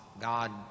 God